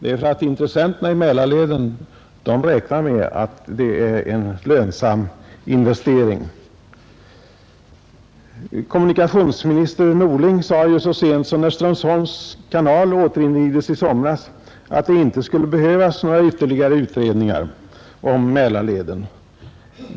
Dessa räknar nämligen med att det skulle bli en lönsam investering. Kommunikationsminister Norling sade så sent som när Strömsholms kanal återinvigdes i somras, att det inte skulle behövas några ytterligare utredningar om Mälarleden.